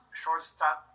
shortstop